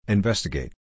Investigate